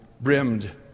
brimmed